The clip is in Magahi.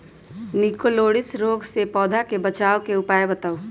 निककरोलीसिस रोग से पौधा के बचाव के उपाय बताऊ?